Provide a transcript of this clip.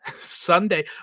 Sunday